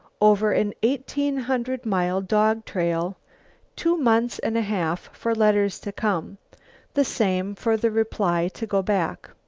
over an eighteen-hundred-mile dog trail two months and a half for letters to come the same for the reply to go back.